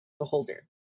Beholder